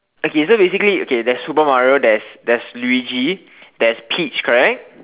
okay so basically okay there's Super Mario there's there's Luiji there's Peach correct